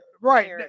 right